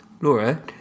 Laura